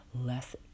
less